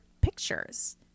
pictures